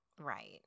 Right